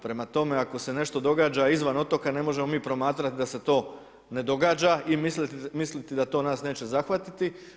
Prema tome, ako se nešto događa izvan otoka, ne možemo mi promatrati da se to ne događa i misliti da to nas neće zahvatiti.